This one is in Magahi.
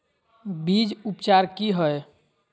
बीज उपचार कि हैय?